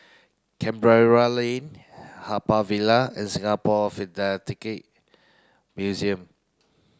Canberra Lane Haw Par Villa and Singapore Philatelic Museum